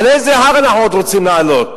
על איזה הר אנחנו עוד רוצים לעלות?